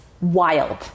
wild